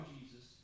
Jesus